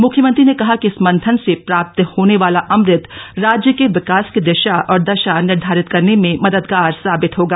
मुख्यमंत्री ने कहा कि इस मंथन से प्राप्त होने वाला अमृत राज्य के विकास की दिशा और दशा निर्घारित करने में मददगार साबित होगा